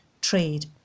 trade